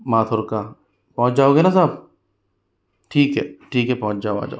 माथुर का पहुँच जाओगे न साहब ठीक है ठीक है पहुँच जाओ आ जाओ